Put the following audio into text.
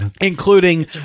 including